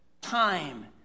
Time